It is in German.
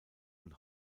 und